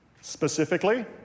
specifically